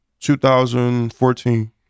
2014